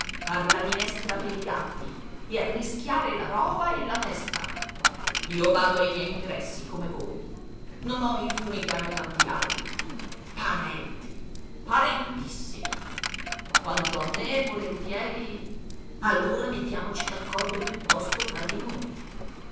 la minestra per i gatti e arrischiare la roba e la testa io bado ai miei interessi come voi non ho i fumi che hanno tanti altri parenti parentissimi quanto a me volentieri allora mettiamoci d'accordo piuttosto fra di noi